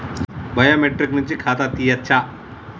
Biometric నుంచి ఖాతా తీయచ్చా?